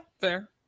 fair